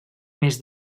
més